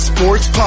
Sports